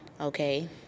Okay